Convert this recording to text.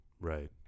right